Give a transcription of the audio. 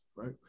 right